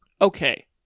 Okay